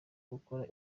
gukora